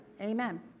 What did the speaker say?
Amen